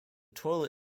toilet